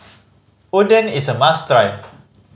oden is a must try